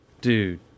Dude